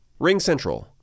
RingCentral